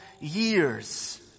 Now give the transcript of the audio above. years